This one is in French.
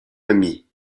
ami